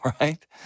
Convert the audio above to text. right